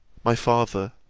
my father,